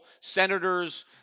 senators